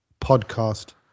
podcast